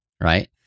right